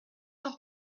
son